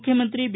ಮುಖ್ಯಮಂತ್ರಿ ಬಿ